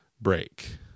break